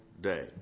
day